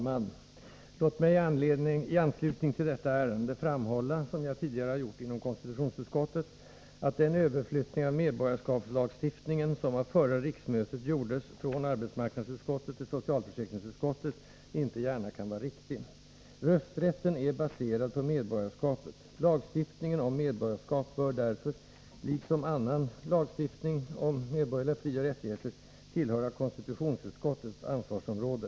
Herr talman! Låt mig i anslutning till detta ärende framhålla — som jag tidigare har gjort inom konstitutionsutskottet — att den överflyttning av medborgarskapslagstiftningen, som under förra riksmötet gjordes från arbetsmarknadsutskottet till socialförsäkringsutskottet, inte gärna kan vara riktig. Rösträtten är baserad på medborgarskapet. Lagstiftningen om medborgarskap bör därför — liksom annan lagstiftning om medborgerliga frioch rättigheter — tillhöra konstitutionsutskottets ansvarsområde.